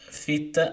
fit